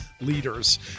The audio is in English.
leaders